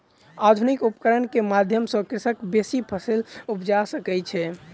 आधुनिक उपकरण के माध्यम सॅ कृषक बेसी फसील उपजा सकै छै